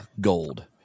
gold